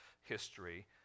history